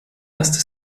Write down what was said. erste